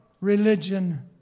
religion